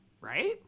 Right